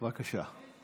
בבקשה,